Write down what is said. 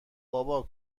بابا